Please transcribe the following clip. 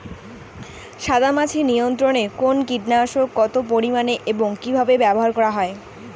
সাদামাছি নিয়ন্ত্রণে কোন কীটনাশক কত পরিমাণে এবং কীভাবে ব্যবহার করা হয়?